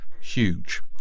huge